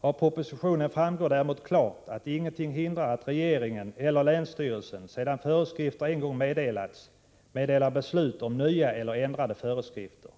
Av propositionen framgår däremot klart att ingenting hindrar att regeringen eller länsstyrelsen, sedan föreskrifter en gång getts, meddelar beslut om nya eller ändrade föreskrifter.